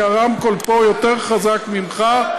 כי הרמקול פה יותר חזק ממך.